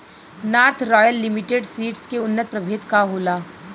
North Royal Limited Seeds के उन्नत प्रभेद का होला?